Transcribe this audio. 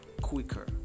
quicker